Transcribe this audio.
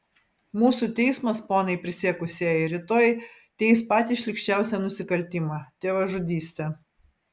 mūsų teismas ponai prisiekusieji rytoj teis patį šlykščiausią nusikaltimą tėvažudystę